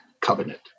covenant